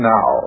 Now